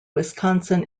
wisconsin